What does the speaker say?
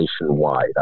nationwide